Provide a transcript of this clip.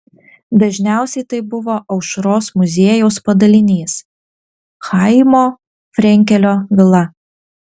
dažniausiai tai buvo aušros muziejaus padalinys chaimo frenkelio vila